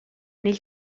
nel